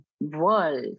world